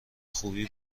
خوبی